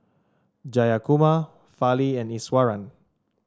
Jayakumar Fali and Iswaran